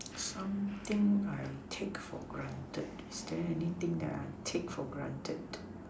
something I take for granted is there anything that I take for granted